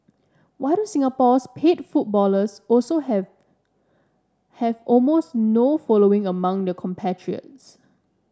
why do Singapore's paid footballers also have have almost no following among their compatriots